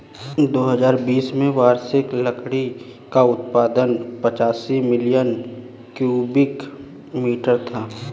दो हजार बीस में वार्षिक लकड़ी का उत्पादन पचासी मिलियन क्यूबिक मीटर था